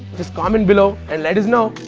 just comment below and let us know.